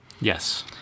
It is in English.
yes